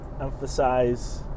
emphasize